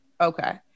Okay